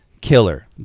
Killer